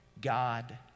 God